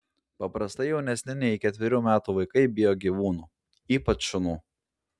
paprastai jaunesni nei ketverių metų vaikai bijo gyvūnų ypač šunų